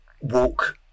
walk